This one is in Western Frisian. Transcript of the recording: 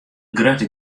grutte